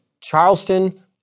Charleston